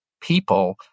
people